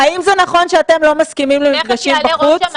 האם זה נכון שאתם לא מסכימים למפגשים בחוץ?